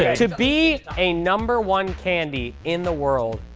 to be a number one candy in the world,